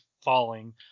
falling